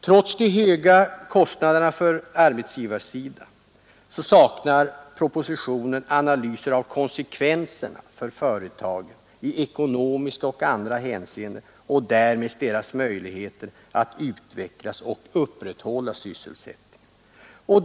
Trots de höga kostnaderna för arbetsgivarsidan, saknar propositionen analyser av konsekvenserna för företagen i ekonomiska och andra hänseenden och därmed deras möjligheter att utveckla och upprätthålla sysselsättningen.